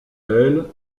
elle